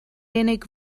unig